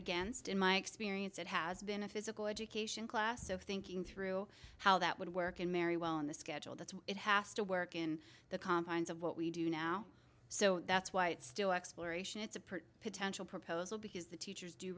against in my experience it has been a physical education class of thinking through how that would work in mary well in the schedule that's it has to work in the confines of what we do now so that's why it's still exploration it's a part potential proposal because the teachers do